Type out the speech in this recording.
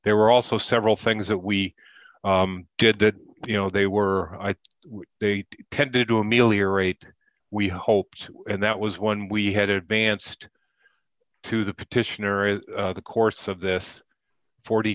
there were also several things that we did that you know they were they tended to ameliorate we hoped and that was one we had advanced to the petitioner in the course of this forty